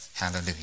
Hallelujah